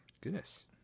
Goodness